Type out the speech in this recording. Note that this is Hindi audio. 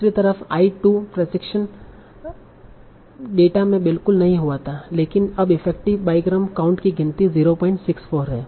दूसरी तरफ आई टू प्रशिक्षण डेटा में बिल्कुल नहीं हुआ था लेकिन अब इफेक्टिव बाईग्राम काउंट की गिनती 064 है